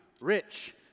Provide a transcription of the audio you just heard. rich